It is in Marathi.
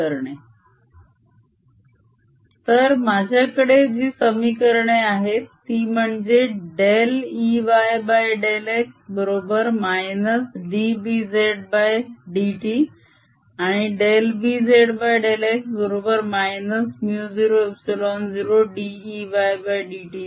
Ey∂x Bz∂t±1vEy∂tvspeed of waves Bz±Eyv±Eyc Waves travelling to the right BzEyc BxEyc तर माझ्याकडे जी समीकरणे आहेत ती म्हणजे Ey∂x बरोबर - dBzdt आणि Bz∂x बरोबर 00dEydt होय